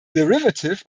derivative